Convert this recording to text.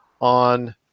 on